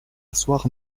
asseoir